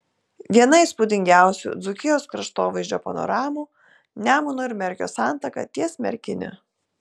viena įspūdingiausių dzūkijos kraštovaizdžio panoramų nemuno ir merkio santaka ties merkine